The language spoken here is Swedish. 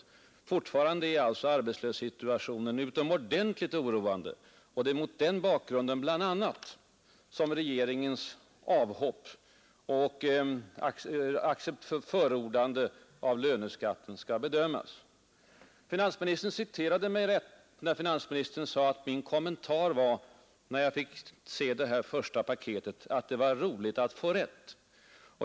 Fortfarande är alltså arbetslöshetssituationen utomordentligt oroande. Det är bl.a. mot den bakgrunden som regeringens avhopp och förordande av löneskatten skall bedömas. Finansministern citerade mig rätt då han sade att min första kommentar, när jag fick se regeringspaketet, var att ”det var roligt att få rätt”.